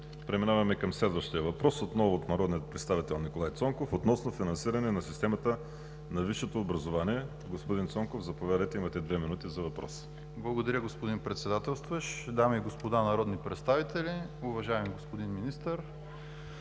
Преминаваме към следващия въпрос – отново от народния представител Николай Цонков, относно финансиране на системата на висшето образование. Господин Цонков, заповядайте. Имате две минути за въпроси. НИКОЛАЙ ЦОНКОВ (БСП за България): Благодаря, господин Председателстващ. Дами и господа народни представители, уважаеми господин Министър!